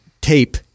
tape